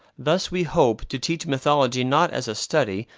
thus we hope to teach mythology not as a study,